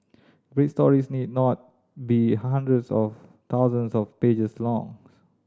great stories need not be hundreds or thousands of pages long